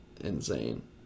insane